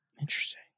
Interesting